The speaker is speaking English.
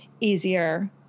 easier